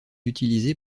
utilisé